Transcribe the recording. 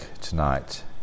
tonight